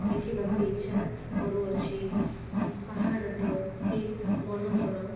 ଲେଖିବାକୁ ଇଚ୍ଛା କରୁଅଛି ପାହାଡ଼ଟି ଅତି ମନୋହର